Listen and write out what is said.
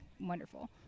wonderful